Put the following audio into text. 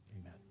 Amen